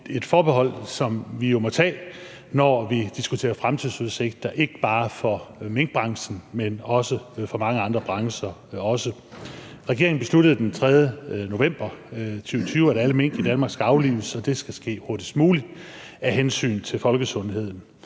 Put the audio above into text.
et forbehold, som vi jo må tage, når vi diskuterer fremtidsudsigter, ikke bare for minkbranchen, men også for mange andre brancher. Regeringen besluttede den 3. november 2020, at alle mink i Danmark skal aflives, og det skal ske hurtigst muligt af hensyn til folkesundheden.